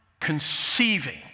conceiving